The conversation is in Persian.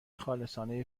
خالصانه